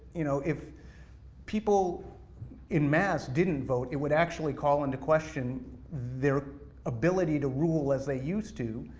you know, if people in mass didn't vote, it would actually call into question their ability to rule as they used to,